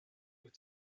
with